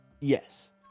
Yes